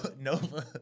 Nova